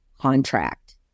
contract